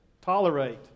tolerate